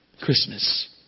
Christmas